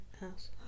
house